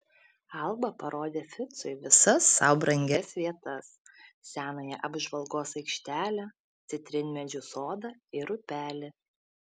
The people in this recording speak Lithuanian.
alba parodė ficui visas sau brangias vietas senąją apžvalgos aikštelę citrinmedžių sodą ir upelį